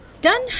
done